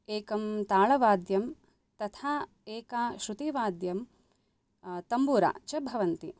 एकं ताळवाद्यं तथा एका श्रुतिवाद्यं तम्बूरा च भवन्ति